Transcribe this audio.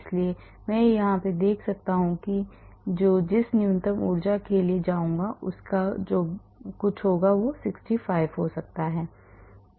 इसलिए अगर मैं देख रहा हूँ मैं जिस न्यूनतम ऊर्जा के लिए जाऊंगा वह कुछ 65 हो सकती है